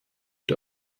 der